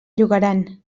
llogaran